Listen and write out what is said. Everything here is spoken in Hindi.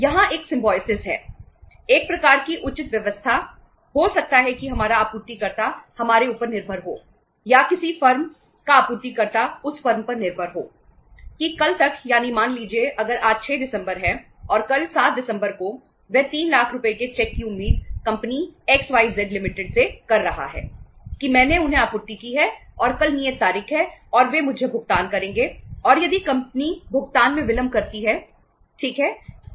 यहां एक सिंबायोसिस से कर रहा है कि मैंने उन्हें आपूर्ति की है और कल नियत तारीख है और वे मुझे भुगतान करेंगे और यदि कंपनी भुगतान में विलंब करती है ठीक है